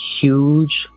huge